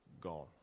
gone